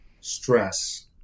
stress